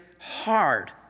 hard